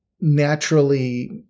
naturally